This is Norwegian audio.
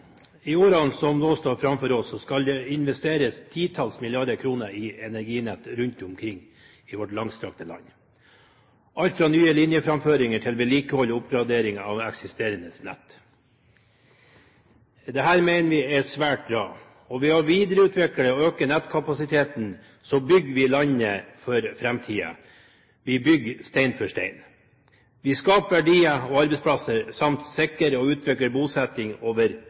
nå står framfor oss, skal det investeres titalls milliarder kroner i energinett rundt omkring i vårt langstrakte land, alt fra nye linjeframføringer til vedlikehold og oppgradering av eksisterende nett. Dette mener vi er svært bra. Ved å videreutvikle og øke nettkapasiteten bygger vi landet for framtiden, vi bygger stein for stein. Vi skaper verdier og arbeidsplasser samt sikrer og utvikler bosetting over